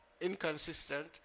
inconsistent